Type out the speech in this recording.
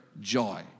joy